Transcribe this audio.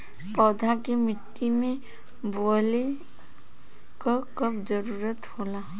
पौधा के मिट्टी में बोवले क कब जरूरत होला